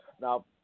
Now